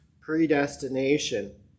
predestination